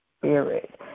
spirit